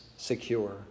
secure